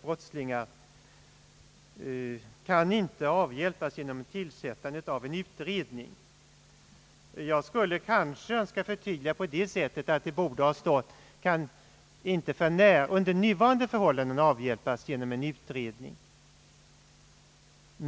brottslingar inte kan avhjälpas genom tillsättandet av en utredning. Jag skulle vilja förtydliga det på det sättet, att det borde ha stått »kan inte under nuvarande förhållanden avhjälpas genom en utredning».